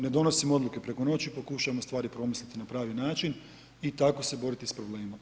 Ne donosimo odluke preko noći, pokušavamo stvari promisliti na pravi način i tako se boriti s problemima.